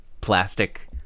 plastic